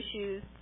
issues